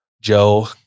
Joe